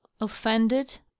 offended